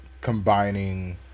combining